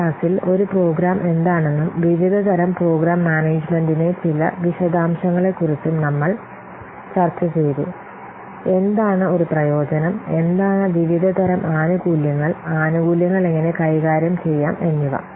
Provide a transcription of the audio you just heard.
ഈ ക്ലാസ്സിൽ ഒരു പ്രോഗ്രാം എന്താണെന്നും വിവിധ തരം പ്രോഗ്രാം മാനേജുമെന്റിന്റെ ചില വിശദാംശങ്ങളെക്കുറിച്ചും നമ്മൾ ചർച്ചചെയ്തു എന്താണ് ഒരു പ്രയോജനം എന്താണ് വിവിധതരം ആനുകൂല്യങ്ങൾ ആനുകൂല്യങ്ങൾ എങ്ങനെ കൈകാര്യം ചെയ്യാം എന്നിവ